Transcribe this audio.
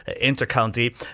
inter-county